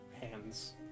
hands